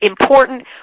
important